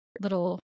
little